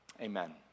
Amen